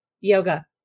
yoga